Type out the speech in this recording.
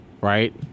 right